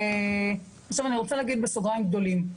עכשיו, אני רוצה להגיד בסוגריים גדולים,